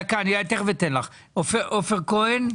עופר כהן.